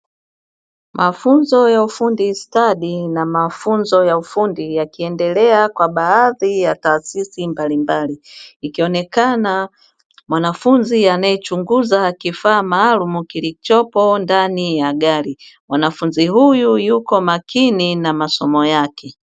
Mafunzo ya ufundi stadi na mafunzo ya ufundi yakiendelea Kwa baadhi ya taasisi mbalimbali, ikionekana mwanafunzi anayechunguza kifaa maalumu kilichopo ndani ya gari. mwanafunzi huyu yuko makini na masomo yake.